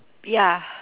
ya